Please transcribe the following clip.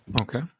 Okay